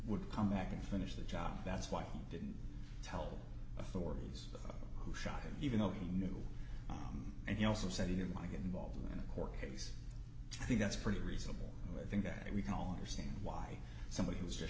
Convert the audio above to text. would come back and finish the job that's why he didn't tell authorities who shot him even though he knew and he also said you might get involved in a court case i think that's pretty reasonable i think that we can all understand why somebody was just